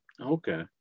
Okay